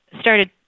started